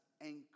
anchor